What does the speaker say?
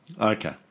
Okay